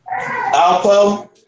Alpo